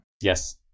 Yes